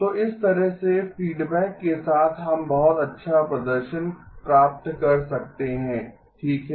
तो इस तरह से फीडबैक के साथ हम बहुत अच्छा प्रदर्शन प्राप्त कर सकते हैं ठीक है